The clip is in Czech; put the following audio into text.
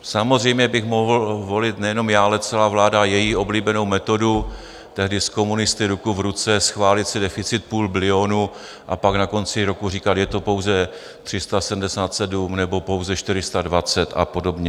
Samozřejmě bych mohl volit nejenom já, ale celá vláda její oblíbenou metodu, tehdy s komunisty ruku v ruce schválit si deficit půl bilionu, a pak na konci roku říkat, je to pouze 377, nebo pouze 420 a podobně.